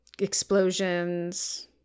Explosions